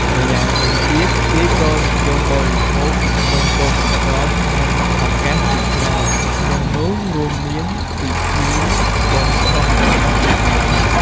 ម្យ៉ាងវិញទៀត គេក៏និយមបរិភោគនំពងអន្សងក្នុងឱកាសជាច្រើន ក្នុងនោះ រួមមានពិធីបុណ្យសាសនាផងដែរ។